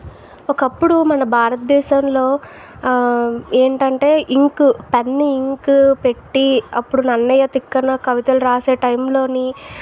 ఒకప్పుడు మన భారతదేశంలో ఏమిటంటే ఇంకు పెన్ ఇంకు పెట్టి అప్పుడు నన్నయ్య తిక్కన కవితలు రాసే టైంలోని